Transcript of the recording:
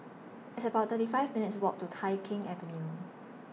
It's about thirty five minutes' Walk to Tai Keng Avenue